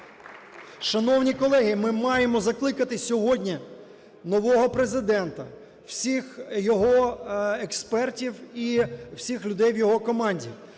Шановні колеги, ми маємо закликати сьогодні нового Президента, всіх його експертів і всіх людей в його команді